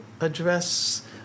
address